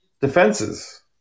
defenses